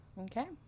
Okay